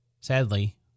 Sadly